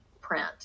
print